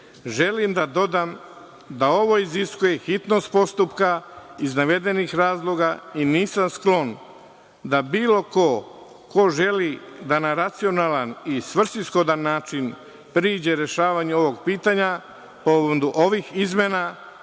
da dodam da ovo iziskuje hitnost postupka iz navedenih razloga i nisam sklon da bilo ko ko želi da na racionalan i svrsishodan način priđe rešavanju ovog pitanja, povodom ovih izmena